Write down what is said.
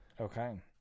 okay